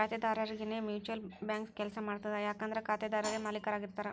ಖಾತೆದಾರರರಿಗೆನೇ mutual bank ಕೆಲ್ಸ ಮಾಡ್ತದ ಯಾಕಂದ್ರ ಖಾತೆದಾರರೇ ಮಾಲೇಕರಾಗಿರ್ತಾರ